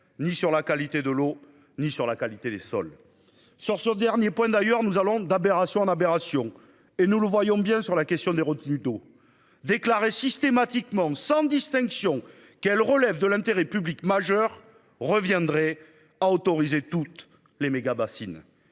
ni sur la qualité de l'eau, ni sur la qualité des sols, sur ce dernier point, d'ailleurs nous allons d'aberration d'aberration et nous le voyons bien sur la question des retenues d'eau déclaré systématiquement sans distinction qu'elle relève de l'intérêt public majeur reviendrait à autoriser toutes les mégabassines.